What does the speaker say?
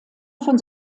von